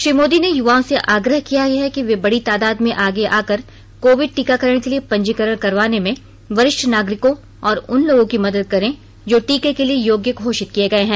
श्री मोदी ने युवाओं से आग्रह किया है कि वे बड़ी तादाद में आगे आकर कोविड टीकाकारण के लिए पंजीकरण करवाने में वरिष्ठ नागरिकों और उन लोगों की मदद करें जो टीके के लिए योग्य घोषित किए गए हैं